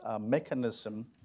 mechanism